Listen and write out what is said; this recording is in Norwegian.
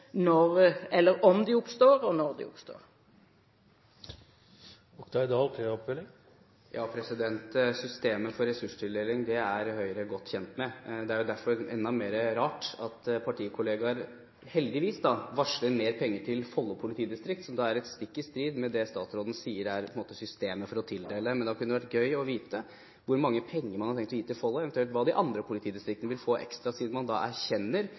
når de oppstår. Systemet for ressurstildeling er Høyre godt kjent med. Det er jo derfor enda mer rart at partikollegaer, heldigvis, varsler mer penger til Follo politidistrikt, som da er stikk i strid med det statsråden sier på en måte er systemet for å tildele. Men det kunne vært gøy å vite hvor mange penger man har tenkt å gi til Follo, eventuelt hva de andre politidistriktene vil få ekstra, siden man erkjenner,